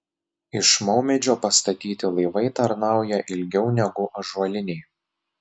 iš maumedžio pastatyti laivai tarnauja ilgiau negu ąžuoliniai